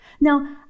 Now